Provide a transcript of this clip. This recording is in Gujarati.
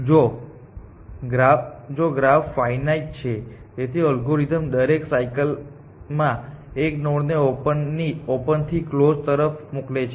જો ગ્રાફ ફાઇનાઇટ છે તેથી અલ્ગોરિધમ દરેક સાયકલમાં એક નોડ ને ઓપન થી કલોઝ તરફ મોકલે છે